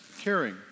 caring